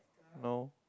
no